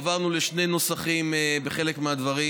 עברנו לשני נוסחים בחלק מהדברים,